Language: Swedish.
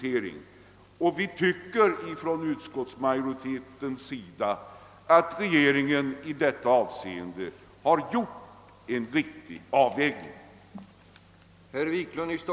Enligt utskottsmajoritetens uppfattning har regeringen i detta avseende gjort en riktig avvägning.